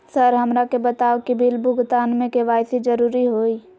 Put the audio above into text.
Sir हमरा के बताओ कि बिल भुगतान में के.वाई.सी जरूरी हाई?